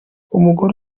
umugore